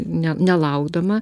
ne nelaukdama